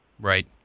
Right